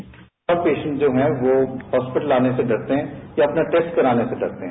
bite सब patient जो हैं वो हॉस्टिपटल आने से डरते हैं या अपना टेस्ट कराने से डरते हैं